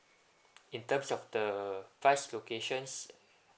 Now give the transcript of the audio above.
in terms of the price locations